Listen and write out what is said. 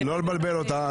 לא לבלבל אותה.